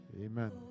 Amen